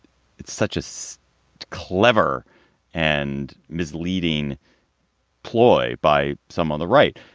it's such as clever and misleading ploy by some on the right.